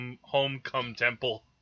home-come-temple